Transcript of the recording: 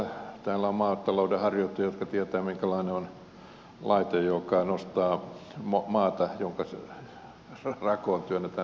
täällä on maatalouden harjoittajia jotka tietävät minkälainen on laite joka nostaa maata jonka rakoon työnnetään salaojaputkea